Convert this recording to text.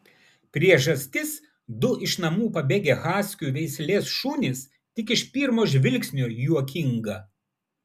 priežastis du iš namų pabėgę haskių veislė šunys tik iš pirmo žvilgsnio juokinga